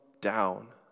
down